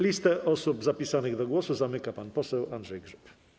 Listę osób zapisanych do głosu zamyka pan poseł Andrzej Grzyb.